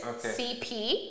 CP